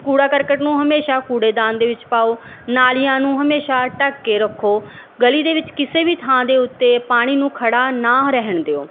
ਕੂੜਾ ਕਰਕਟ ਨੂੰ ਹਮੇਸ਼ਾਂ ਕੂੜੇਦਾਨ ਦੇ ਵਿੱਚ ਪਾਓ ਨਾਲੀਆਂ ਨੂੰ ਹਮੇਸ਼ਾਂ ਢੱਕ ਕੇ ਰੱਖੋ ਗਲੀ ਦੇ ਵਿੱਚ ਕਿਸੇ ਵੀ ਥਾਂ ਦੇ ਉੱਤੇ ਪਾਣੀ ਨੂੰ ਖੜਾ ਨਾ ਰਹਿਣ ਦਿਓ